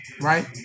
right